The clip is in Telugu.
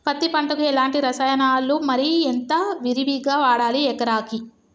పత్తి పంటకు ఎలాంటి రసాయనాలు మరి ఎంత విరివిగా వాడాలి ఎకరాకి?